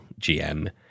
GM